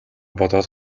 бодоод